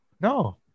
No